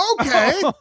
okay